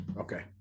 Okay